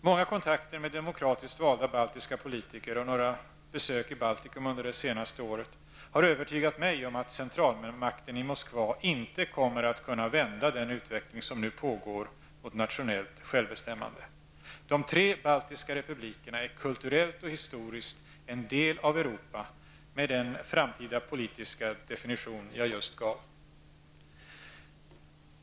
Många kontakter med demokratiskt valda baltiska politiker och några besök i Baltikum under det senaste året har övertygat mig om att centralmakten i Moskva inte kommer att kunna vända den utveckling som nu pågår mot nationellt självbestämmande. De tre baltiska republikerna är kulturellt och historiskt en del av Europa med den framtida politiska definition jag just gav.